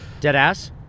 Deadass